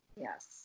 Yes